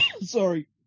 Sorry